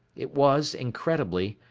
it was, incredibly,